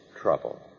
trouble